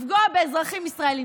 לפגוע באזרחים ישראלים.